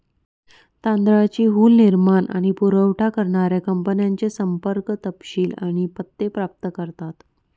तांदळाची हुल निर्माण आणि पुरावठा करणाऱ्या कंपन्यांचे संपर्क तपशील आणि पत्ते प्राप्त करतात